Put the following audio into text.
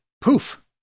poof